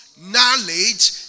Knowledge